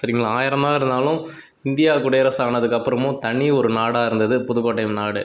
சரீங்களா ஆயிரந்தான் இருந்தாலும் இந்தியா குடியரசு ஆனதுக்கு அப்புறமும் தனி ஒரு நாடாக இருந்தது புதுக்கோட்டை நாடு